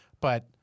but-